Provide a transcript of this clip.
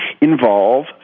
involve